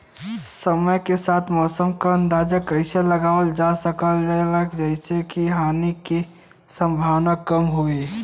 समय के साथ मौसम क अंदाजा कइसे लगावल जा सकेला जेसे हानि के सम्भावना कम हो?